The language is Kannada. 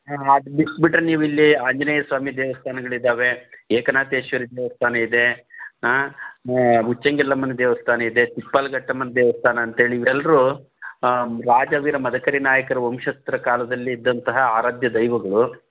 ಅದು ಬಿಟ್ಟುಬಿಟ್ರೆ ನೀವಿಲ್ಲಿ ಆಂಜನೇಯಸ್ವಾಮಿ ದೇವಸ್ಥಾನಗಳಿದ್ದಾವೆ ಏಕನಾಥೇಶ್ವರ ದೇವಸ್ಥಾನ ಇದೆ ಹಾಂ ಉಚ್ಚಂಗಿ ಎಲ್ಲಮ್ಮನ ದೇವಾಸ್ಥಾನ ಇದೆ ತಿಪ್ಪಿನ ಘಟ್ಟಮ್ಮನ ದೇವಸ್ಥಾನ ಅಂತೇಳಿ ಇವೆಲ್ಲರೂ ರಾಜವೀರ ಮದಕರಿ ನಾಯಕರ ವಂಶಸ್ಥರ ಕಾಲದಲ್ಲಿ ಇದ್ದಂತಹ ಆರಾಧ್ಯ ದೈವಗಳು